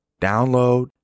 Download